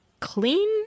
clean